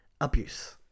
abuse